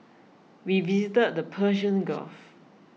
we visited the Persian Gulf